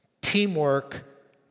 Teamwork